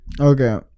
okay